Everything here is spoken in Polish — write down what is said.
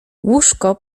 łóżko